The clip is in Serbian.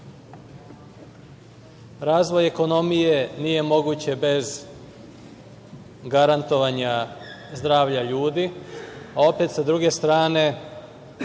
veku. Razvoj ekonomije nije moguć bez garantovanja zdravlja ljudi, a opet, s druge strane,